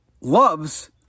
loves